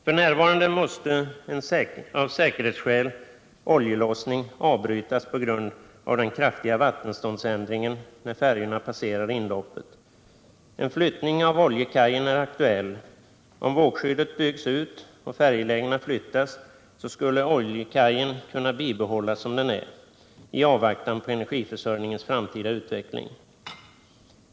F. n. måste av säkerhetsskäl oljelossning avbrytas på grund av den kraftiga vattenståndsändringen när färjorna passerar inloppet. En flyttning av oljekajen är aktuell. Om vågskyddet byggs ut och färjelägena flyttas skulle oljekajen kunna bibehållas som den är, i avvaktan på energiförsörjningens framtida utveckling.